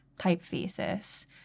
typefaces